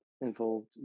involved